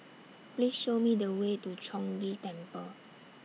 Please Show Me The Way to Chong Ghee Temple